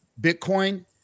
Bitcoin